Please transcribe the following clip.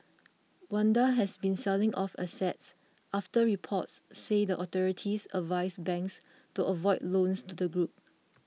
Wanda has been selling off assets after reports said the authorities advised banks to avoid loans to the group